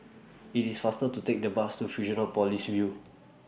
IT IS faster to Take The Bus to Fusionopolis View